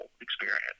experience